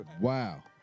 Wow